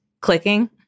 clicking